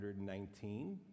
119